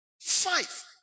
Five